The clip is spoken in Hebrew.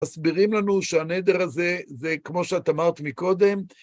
מסבירים לנו שהנדר הזה, זה כמו שאת אמרת מקודם,